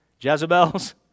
Jezebels